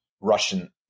Russian